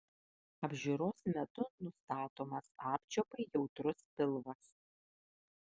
apžiūros metu nustatomas apčiuopai jautrus pilvas